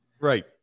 Right